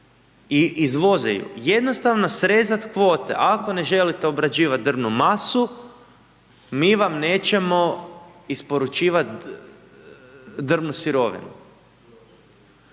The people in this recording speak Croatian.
i izvoze ju jednostavno srezati kvote. Ako ne želite obrađivati drvnu masu, mi vam nećemo isporučivati drvnu sirovinu.